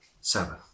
Sabbath